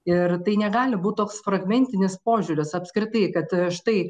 ir tai negali būt toks fragmentinis požiūris apskritai kad štai